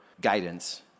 guidance